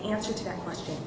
answer to that question